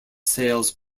sales